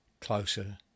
closer